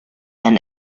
and